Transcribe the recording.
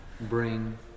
bring